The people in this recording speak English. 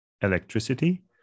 electricity